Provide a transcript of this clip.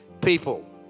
people